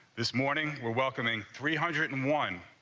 this morning were welcoming three hundred and one,